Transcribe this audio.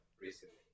recently